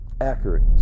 accurate